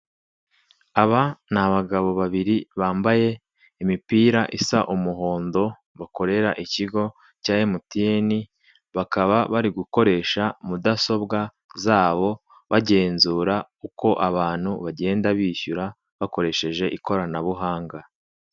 Aba ni abagabo babiri, bambaye imipira isa umuhondo, bakorera ikigo cya emutiyeni, bakaba bari gukoresha mudasobwa zabo, bagenzura uko abantu bagenda bishyura bakoresheje ikoranabuhanga.